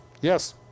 Yes